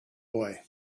boy